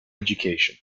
education